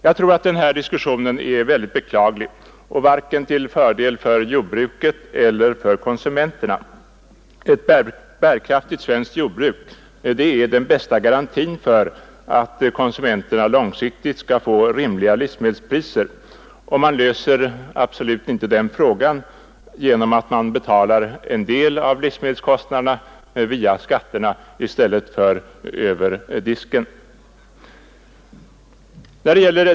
Jag tror att den här diskussionen är mycket beklaglig och till fördel varken för jordbruket eller konsumenterna. Ett bärkraftigt svenskt jordbruk är den bästa garantin för att konsumenterna långsiktigt skall få rimliga livsmedelspriser, och man löser absolut inte frågan genom att betala en del av livsmedelskostnaderna via skatterna i stället för över disken.